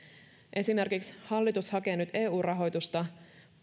esimerkiksi hallitus hakee nyt eu rahoitusta